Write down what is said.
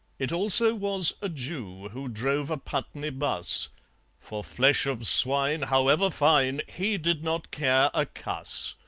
it also was a jew, who drove a putney bus for flesh of swine however fine he did not care a cuss.